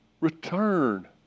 Return